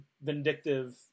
vindictive